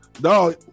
No